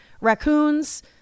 Raccoons